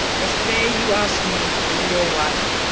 yesterday, you asked me to be your wife.